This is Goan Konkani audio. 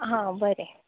हां बरें